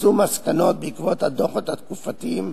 פרסום מסקנות בעקבות הדוחות התקופתיים,